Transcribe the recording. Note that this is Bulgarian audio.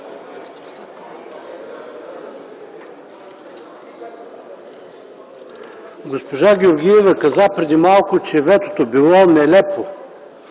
Госпожа Георгиева каза преди малко, че ветото било нелепо.